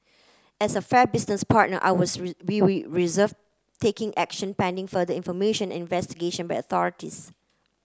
as a fair business partner I was we we reserve taking action pending further information and investigation by the authorities